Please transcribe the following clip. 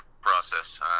process